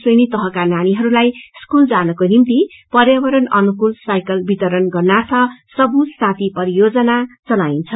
श्रेणी तहका नानीहरूलाई स्कूल जानको निम्ति पर्यावरण अनुकूल ासाईकल वितरण गर्नाथ सबूज साथी परियोजना चलाइन्छ